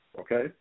Okay